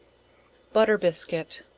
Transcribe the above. butter biscuit.